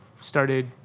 started